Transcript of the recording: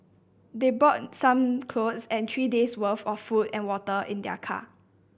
they brought some clothes and three days worth of food and water in their car